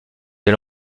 des